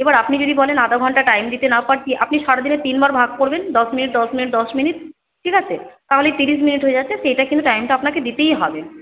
এবার আপনি যদি বলেন আধ ঘণ্টা টাইম দিতে না পারছি আপনি সারাদিনে তিনবার ভাগ করবেন দশ মিনিট দশ মিনিট দশ মিনিট ঠিক আছে তাহলেই ত্রিশ মিনিট হয়ে যাচ্ছে সেইটা কিন্তু টাইমটা আপনাকে দিতেই হবে